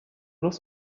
alors